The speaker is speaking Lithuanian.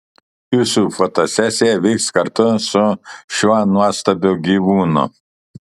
jūsų fotosesija vyks kartu su šiuo nuostabiu gyvūnu